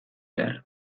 behar